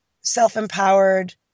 self-empowered